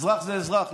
אזרח זה אזרח,